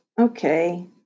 Okay